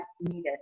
needed